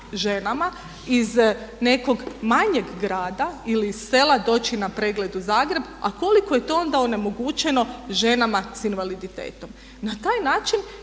ženama iz nekog manjeg grada ili iz sela doći na pregled u Zagreb, a koliko je to onda onemogućeno ženama sa invaliditetom. Na taj način